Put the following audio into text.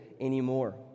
anymore